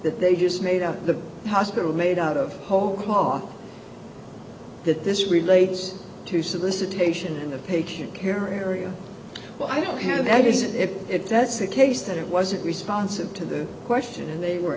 that they just made up the hospital made out of whole cloth that this relates to solicitation and the patient care area well i don't have that isn't it if that's the case that it wasn't responsive to the question and they were